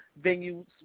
venues